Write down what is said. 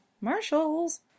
Marshalls